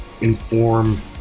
inform